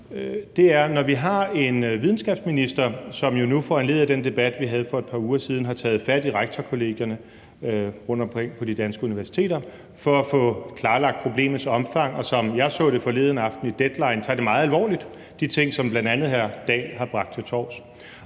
en uddannelses- og forskningsminister, som jo foranlediget af den debat, vi havde for et par uger siden, har taget fat i Rektorkollegiet for Danske Universiteter for at få klarlagt problemets omfang, og som jeg så det forleden aften i Deadline, tager hun de ting, som bl.a. hr. Henrik Dahl har bragt til torvs,